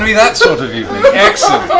i mean that sort of evening, excellent.